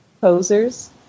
Posers